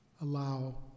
allow